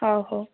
ହେଉ ହେଉ